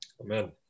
Amen